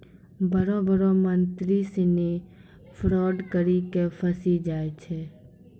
बड़ो बड़ो मंत्री सिनी फरौड करी के फंसी जाय छै